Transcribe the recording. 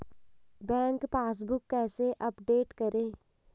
Bank passbook कैसे update करें?